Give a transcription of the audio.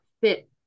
fit